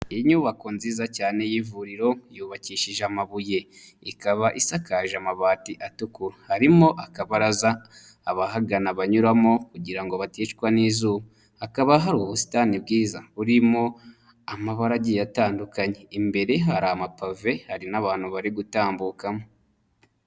Iyi nyubako nziza cyane y'ivuriro, yubakishije amabuye; ikaba isakaje amabati atukura. Harimo akabaraza, abahagana banyuramo, kugira ngo baticwa n'izuba. Hakaba hari ubusitani bwiza, burimo amabara agiye atandukanye, imbere hari amapave, hari n'abantu bari gutambukamo.